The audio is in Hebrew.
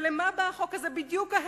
לא אני כתבתי את החוק.